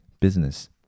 business